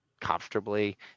comfortably